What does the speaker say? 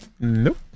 Nope